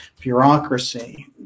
bureaucracy